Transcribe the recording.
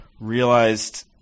realized